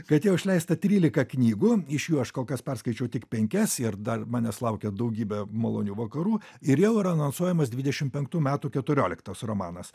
kad jau išleista trylika knygų iš jų aš kol kas perskaičiau tik penkias ir dar manęs laukia daugybė malonių vakarų ir jau yra anonsuojamas dvidešim penktų metų keturioliktas romanas